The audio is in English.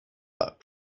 that